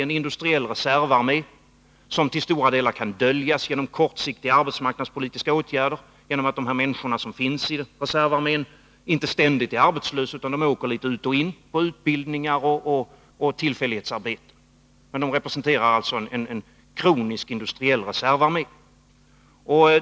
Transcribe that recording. Vi har en industriell reservarmé, som till stora delar kan döljas genom kortsiktiga arbetsmarknadspolitiska åtgärder, genom att de människor som finns i denna reservarmé inte ständigt är arbetslösa utan åker litet ut och in på utbildningar och tillfälliga arbeten. Men de representerar alltså en kronisk industriell reservarmé.